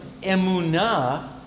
Emunah